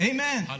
Amen